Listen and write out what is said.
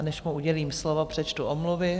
Než mu udělím slovo, přečtu omluvy.